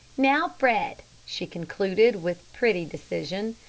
now, fred, she concluded, with pretty decision,